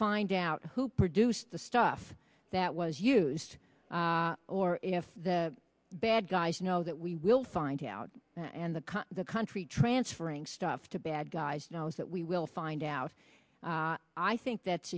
find out who produced the stuff that was used or if the bad guys know that we will find out and the the country transferring stuff to bad guys knows that we will find out i think that's